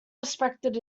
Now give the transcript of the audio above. respected